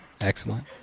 excellent